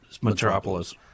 Metropolis